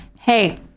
hey